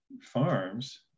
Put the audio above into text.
Farms